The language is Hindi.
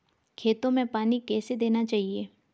खेतों में पानी कैसे देना चाहिए?